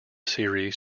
series